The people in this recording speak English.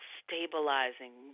stabilizing